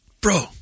Bro